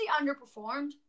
underperformed